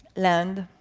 land,